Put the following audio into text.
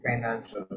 financial